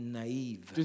naive